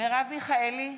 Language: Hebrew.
מרב מיכאלי,